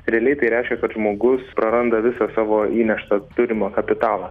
realiai tai reiškia kad žmogus praranda visą savo įneštą turimą kapitalą